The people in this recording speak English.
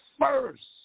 first